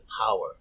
power